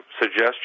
suggestion